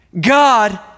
God